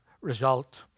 result